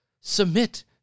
submit